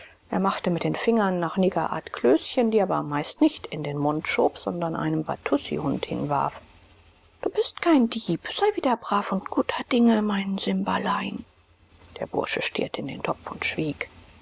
er machte mit den fingern nach negerart klößchen die er aber meist nicht in den mund schob sondern einem watussihunde hinwarf du bist kein dieb sei wieder brav und guter dinge mein simbalein der bursche stierte in den topf und schwieg